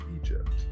Egypt